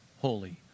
holy